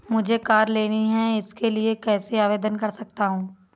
मुझे कार लेनी है मैं इसके लिए कैसे आवेदन कर सकता हूँ?